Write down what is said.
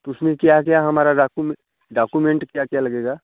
तो उसमें क्या क्या हमारा डाकूमें डाकूमेंट क्या क्या लगेगा